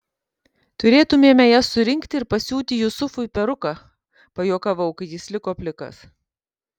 turėtumėme jas surinkti ir pasiūti jusufui peruką pajuokavau kai jis liko plikas